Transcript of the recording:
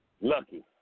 Lucky